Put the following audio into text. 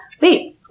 Wait